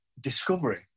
Discovery